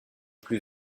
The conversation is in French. plus